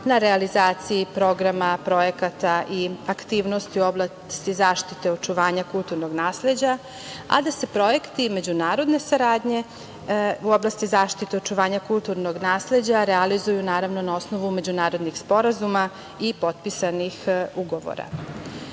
na realizaciji projekata, programa, aktivnosti u oblasti zaštite očuvanja kulturnog nasleđa, a da se projekti međunarodne saradnje u oblasti zaštite, očuvanja kulturnog nasleđa realizuju na osnovu međunarodnih sporazuma i potpisanih